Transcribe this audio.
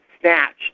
snatched